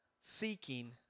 Seeking